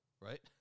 right